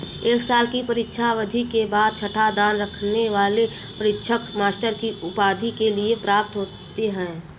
एक साल की परीक्षा अवधि के बाद छठा दाँव रखने वाले परीक्षक मास्टर की उपाधि के लिए पात्र होते हैं